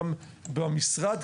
גם במשרד,